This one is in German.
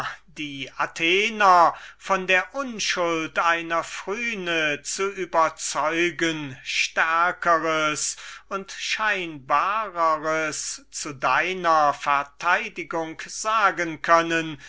die athenienser von der unschuld einer phryne zu überzeugen stärkers und scheinbarers zu deiner verteidigung sagen können